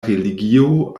religio